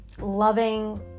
loving